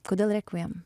kodėl rekviem